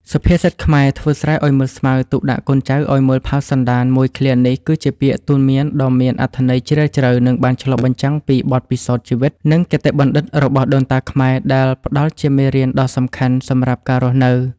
សុភាសិតខ្មែរ ធ្វើស្រែឲ្យមើលស្មៅ ទុកដាក់កូនចៅឲ្យមើលផៅសន្តាន មួយឃ្លានេះ គឺជាពាក្យទូន្មានដ៏មានអត្ថន័យជ្រាលជ្រៅ និងបានឆ្លុះបញ្ចាំងពីបទពិសោធន៍ជីវិត និងគតិបណ្ឌិតរបស់ដូនតាខ្មែរ ដែលផ្ដល់ជាមេរៀនដ៏សំខាន់សម្រាប់ការរស់នៅ។